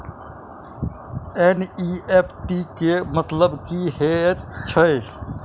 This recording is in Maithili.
एन.ई.एफ.टी केँ मतलब की हएत छै?